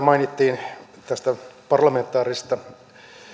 mainittiin tästä parlamentaarisesta